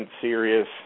serious